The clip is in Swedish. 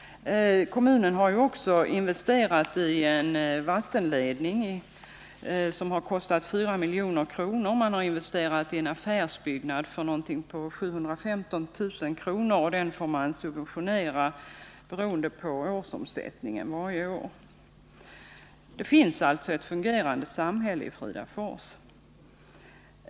Kommunen har också investerat i en vattenledning som har kostat 4 milj.kr. Man har investerat i en affärsbyggnad för ca 715 000 kr., och den får man subventionera beroende på årsomsättningen. Det finns alltså ett fungerande samhälle i Fridafors.